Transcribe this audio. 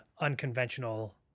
unconventional